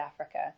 Africa